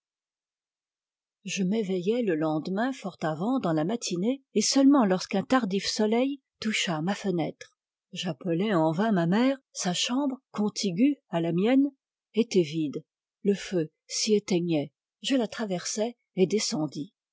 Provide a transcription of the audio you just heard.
je m'éveillai le lendemain fort avant dans la matinée et seulement lorsqu'un tardif soleil toucha ma fenêtre j'appelai en vain ma mère sa chambre contiguë à la mienne était vide le feu s'y éteignait je la traversai et descendis